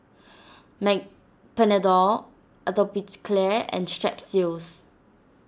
may Panadol Atopiclair and Strepsils